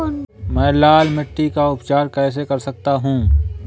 मैं लाल मिट्टी का उपचार कैसे कर सकता हूँ?